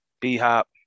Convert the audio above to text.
B-Hop